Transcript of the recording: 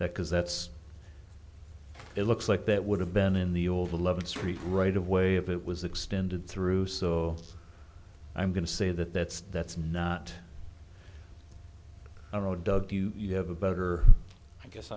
that because that's it looks like that would have been in the old eleventh street right of way if it was extended through so i'm going to say that that's that's not a road you have a better i guess